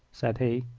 said he.